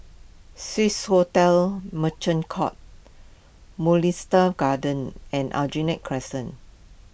Swissotel Merchant Court Mugliston Gardens and Aljunied Crescent